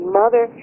mother